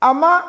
Ama